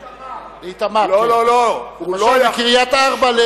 הנושא הבא: מי הקולחין של ההתנחלויות נשפכים